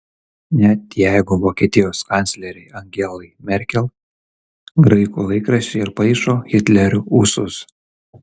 net jeigu vokietijos kanclerei angelai merkel graikų laikraščiai ir paišo hitlerio ūsus